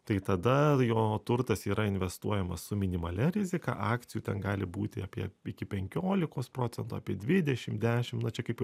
tai tada jo turtas yra investuojamas su minimalia rizika akcijų ten gali būti apie iki penkiolikos procentų apie dvidešim dešim na čia kaip jau